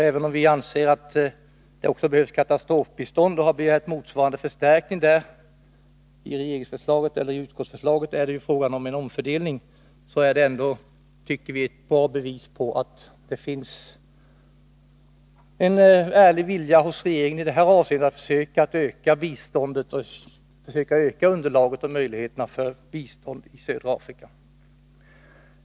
Även om vi anser att det också behövs katastrofbistånd och har begärt motsvarande förstärkning — i regeringsförslaget är det ju fråga om en omfördelning — är det enligt vår mening ett bra bevis på att det finns en ärlig vilja hos regeringen i detta avseende att söka öka biståndet till södra Afrika.